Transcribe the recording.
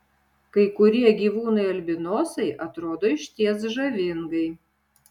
kai kurie gyvūnai albinosai atrodo išties žavingai